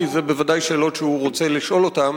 כי אלו בוודאי שאלות שהוא רוצה לשאול אותן,